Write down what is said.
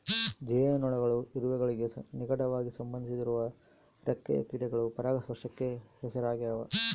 ಜೇನುನೊಣಗಳು ಇರುವೆಗಳಿಗೆ ನಿಕಟವಾಗಿ ಸಂಬಂಧಿಸಿರುವ ರೆಕ್ಕೆಯ ಕೀಟಗಳು ಪರಾಗಸ್ಪರ್ಶಕ್ಕೆ ಹೆಸರಾಗ್ಯಾವ